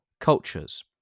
cultures